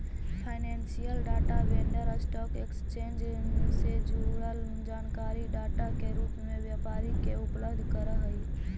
financial data vendor stock exchange से जुड़ल जानकारी डाटा के रूप में व्यापारी के उपलब्ध करऽ हई